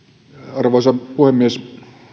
arvoisa puhemies